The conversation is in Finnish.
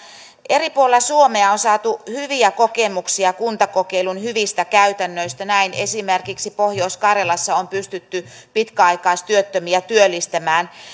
eri puolilla suomea on saatu hyviä kokemuksia kuntakokeilun hyvistä käytännöistä näin esimerkiksi pohjois karjalassa on pystytty pitkäaikaistyöttömiä työllistämään